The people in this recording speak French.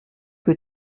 que